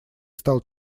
стал